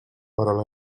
però